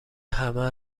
همه